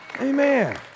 Amen